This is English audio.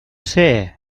say